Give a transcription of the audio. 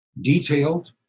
detailed